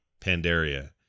Pandaria